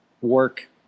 work